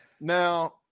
Now